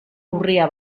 urria